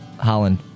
Holland